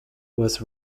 was